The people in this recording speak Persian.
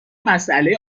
مساله